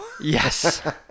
yes